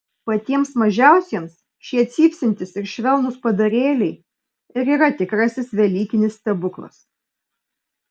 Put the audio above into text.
patiems mažiausiems šie cypsintys ir švelnūs padarėliai ir yra tikrasis velykinis stebuklas